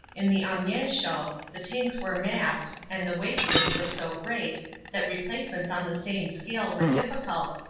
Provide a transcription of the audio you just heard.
in the amiens show the tanks were massed and the wast age was so great that replacements on the same scale were difficult,